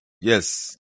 Yes